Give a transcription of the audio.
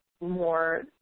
more